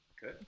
Good